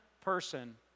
person